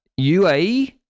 UAE